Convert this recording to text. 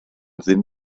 ddim